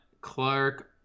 Clark